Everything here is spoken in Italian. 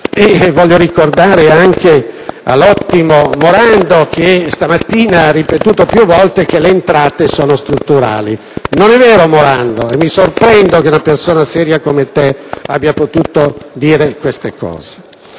vorrei ricordarlo anche all'ottimo senatore Morando, che stamattina ha ripetuto più volte che le entrate sono strutturali; non è vero, senatore Morando, e mi sorprendo che una persona seria come lei abbia potuto affermare queste cose.